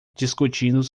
discutindo